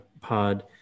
pod